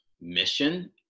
mission